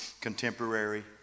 contemporary